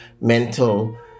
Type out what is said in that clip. mental